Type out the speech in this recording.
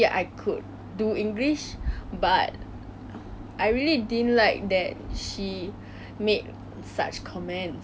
我最讨厌的老师 hor is none other than the maths teacher 她的名字叫 missus koh